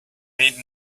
made